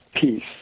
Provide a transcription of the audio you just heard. Peace